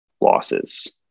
losses